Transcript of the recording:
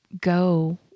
go